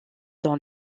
dans